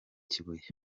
kibuye